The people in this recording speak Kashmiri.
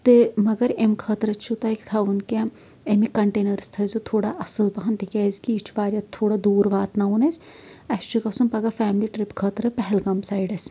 تہٕ مَگر اَمہِ خٲطرٕ چھُو تۄہہ تھاوُن کیٚنٛہہ اَمیکۍ کَنٹینرَس تھٲیٚزیٚو تھوڑا اَصٕل پَہم تہٕ تِکیازِ کہِ یہِ چھُ واریاہ تھوڑا دوٗر واتناوُن اَسہِ اَسہِ چھُ گژھُن پگہہ فیملی ٹرپ خٲطرٕ پہلگام سایڈس